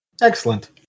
Excellent